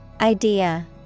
Idea